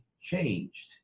changed